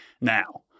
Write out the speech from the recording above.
now